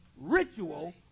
ritual